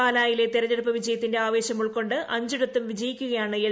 പാലായിലെ തിരഞ്ഞെടുപ്പ് വിജയത്തിന്റെ ആവേശം ഉൾക്കൊണ്ട് അഞ്ചിടത്തും വിജയിക്കുകയാണ് എൽ